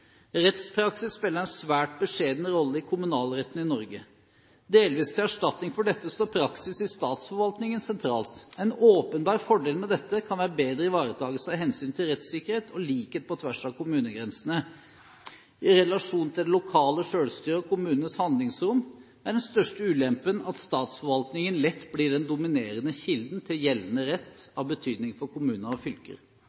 Rettspraksis spiller en svært beskjeden rolle i kommunalretten i Norge. Delvis til erstatning for dette står praksis i statsforvaltningen sentralt. En åpenbar fordel med dette kan være bedre ivaretakelse av hensyn til rettssikkerhet og likhet på tvers av kommunegrensene. I relasjon til det lokale selvstyre og kommunenes handlingsrom er den største ulempen at statsforvaltningen lett blir den dominerende kilden til «gjeldende rett»